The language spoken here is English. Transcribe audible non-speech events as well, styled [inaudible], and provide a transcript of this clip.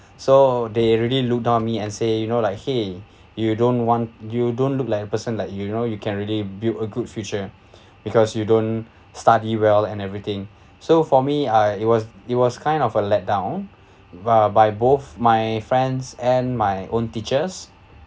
so they really look down me and say you know like !hey! [breath] you don't want you don't look like a person like you know you can really build a good future [breath] because you don't study well and everything [breath] so for me I it was it was kind of a let down [breath] by both my friends and my own teachers